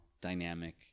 dynamic